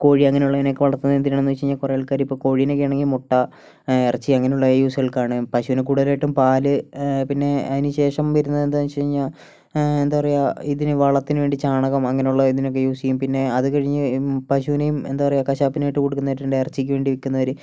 കോഴി അങ്ങനെയുള്ളതിനെയൊക്കെ വളർത്തുന്ന എന്തിനാണെന്ന് വെച്ച് കഴിഞ്ഞാൽ കുറെ ആൾക്കാര് ഇപ്പോൾ കോഴിനെയൊക്കെ ആണെങ്കിൽ മുട്ട ഇറച്ചി അങ്ങനെയുള്ള യൂസുകൾക്കാണ് പശുവിനെ കൂടുതലായിട്ടും പാല് പിന്നെ അതിനുശേഷം വരുന്നത് എന്താന്നു വെച്ചു കഴിഞ്ഞാൽ എന്താ പറയുക ഇതിനെ വളത്തിന് വേണ്ടി ചാണകം അങ്ങനെയുള്ള ഇതിനൊക്കെ യൂസ് ചെയ്യും പിന്നെ അതു കഴിഞ്ഞ് പശുവിനെയും എന്താ പറയുക കഷാപ്പിനായിട്ട് കൊടുക്കുന്നവരുണ്ട് ഇറച്ചിക്ക് വേണ്ടി വിൽക്കുന്നവര്